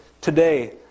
Today